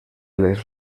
les